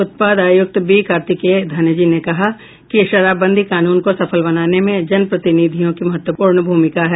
उत्पाद आयुक्त बी कार्तिकेय धनजी ने कहा कि शराबबंदी कानून को सफल बनाने में जन प्रतिनिधियों की महत्वपूर्ण भूमिका है